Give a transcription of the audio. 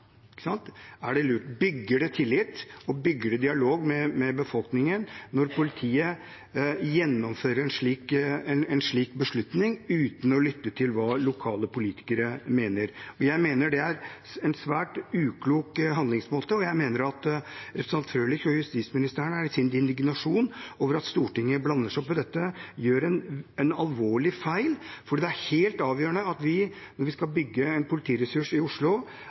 Er det lurt? Bygger det tillit, og bygger det dialog med befolkningen når politiet gjennomfører en slik beslutning uten å lytte til hva lokale politikere mener? Jeg mener det er en svært uklok handlingsmåte, og jeg mener at representanten Frølich og justisministeren, i sin indignasjon over at Stortinget blander seg opp i dette, gjør en alvorlig feil, for det er helt avgjørende at vi, når vi skal bygge en politiressurs i Oslo,